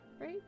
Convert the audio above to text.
Right